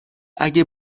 اگه